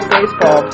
Baseball